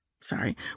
sorry